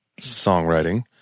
songwriting